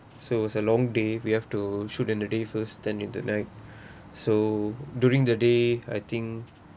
so it was a long day we have to shoot in the day first then in the night so during the day I think